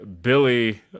Billy